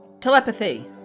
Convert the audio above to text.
Telepathy